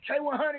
K100